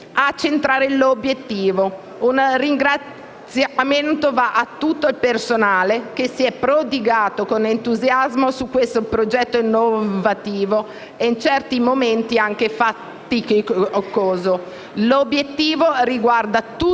a centrare l'obiettivo. Un ringraziamento va a tutto il personale, che si è prodigato con entusiasmo su questo progetto innovativo e in certi momenti anche faticoso. L'obiettivo riguarda tutti noi: